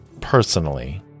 personally